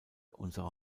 unsere